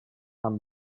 amb